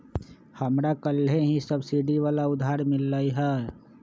हमरा कलेह ही सब्सिडी वाला उधार मिल लय है